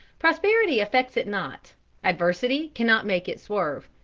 prosperity affects it not adversity cannot make it swerve.